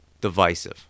divisive